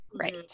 right